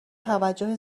توجه